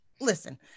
Listen